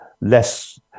less